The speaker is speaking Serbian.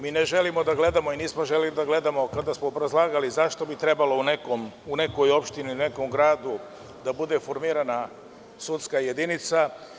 Mi ne želimo da gledamo i nismo želeli da gledamo kada smo obrazlagali zašto bi trebalo u nekoj opštini, u nekom gradu, da bude formirana sudska jedinica.